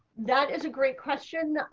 that is a great question.